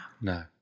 No